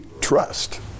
trust